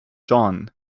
john